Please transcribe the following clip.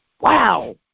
Wow